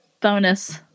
Bonus